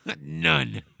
None